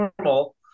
normal